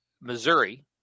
Missouri